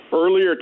earlier